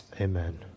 Amen